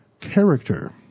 character